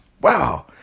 Wow